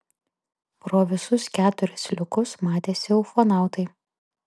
pro visus keturis liukus matėsi ufonautai